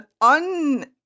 un